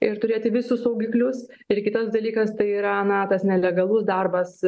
ir turėti visus saugiklius ir kitas dalykas tai yra na tas nelegalus darbas